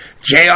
JR